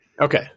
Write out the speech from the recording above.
Okay